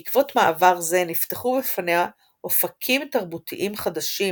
בעקבות מעבר זה נפתחו בפניה אופקים תרבותיים חדשים